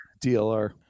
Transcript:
DLR